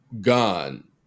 gone